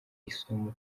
isomo